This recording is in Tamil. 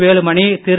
வேலுமணி திரு